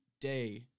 day